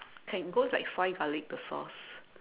can go with like soy garlic the sauce